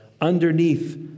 underneath